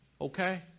okay